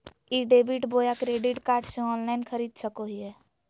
ई debit बोया credit card से online खरीद सको हिए?